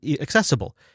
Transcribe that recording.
accessible